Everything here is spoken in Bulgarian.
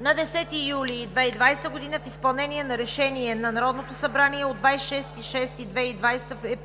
На 10 юли 2020 г., в изпълнение на Решение на Народното събрание от 26 юни 2020 г.,